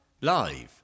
live